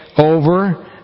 over